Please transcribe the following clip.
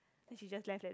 then she just left like that